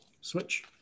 Switch